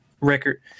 record